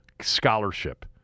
scholarship